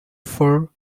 for